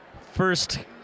First